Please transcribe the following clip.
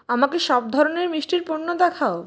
আমাকে সব ধরনের মিষ্টির পণ্য দেখাও